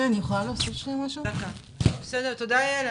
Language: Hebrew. תודה יעל,